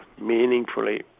meaningfully